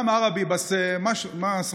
(אומר בערבית: אני מבין ערבית,